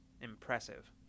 impressive